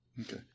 Okay